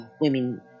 women